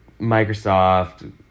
microsoft